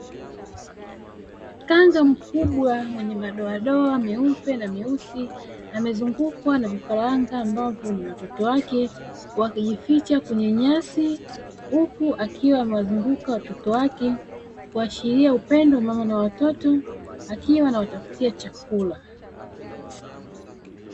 Kanga mkubwa mwenye madoa madoa meupe na meusi, amezungukwa na vifaranga mbavyo ni watoto wake, wakijificha kwenye nyasi huku akiwa amewazunguka watoto wake kuashilia upendo wa mama na mtoto akiwa anawatafutia chakula.